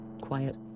Quiet